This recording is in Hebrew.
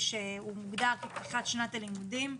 שמוגדר כפתיחת שנת הלימודים.